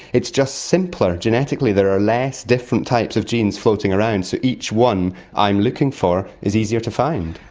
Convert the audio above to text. it's just simpler. genetically there are less different types of genes floating around, so each one i'm looking for is easier to find.